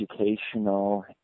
educational